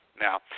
Now